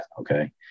Okay